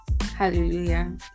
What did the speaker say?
Hallelujah